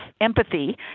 empathy